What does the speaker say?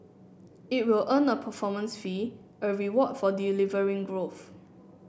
it will earn a performance fee a reward for delivering growth